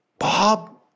Bob